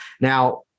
Now